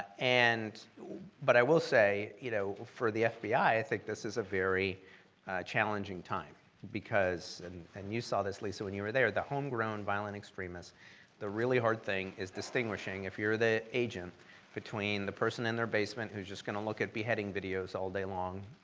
and but i will say you know for the fbi i think this is a very challenging time because, and you saw this, lisa, when you were there. the homegrown violent extremist the really hard thing is distinguishing if you're the agent between the person in their basement whose just gonna look at beheading videos all day long,